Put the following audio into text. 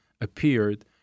appeared